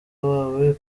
wawe